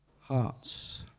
hearts